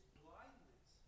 blindness